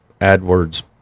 AdWords